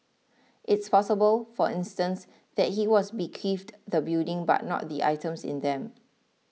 it's possible for instance that he was bequeathed the building but not the items in them